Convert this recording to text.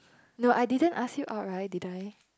no I didn't ask you out right did I